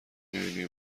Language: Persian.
میبینی